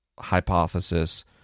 hypothesis